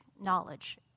knowledge